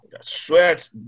sweat